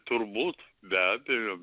turbūt be abejo